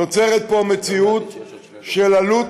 תיווצר פה מציאות שעלות